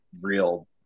real